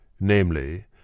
namely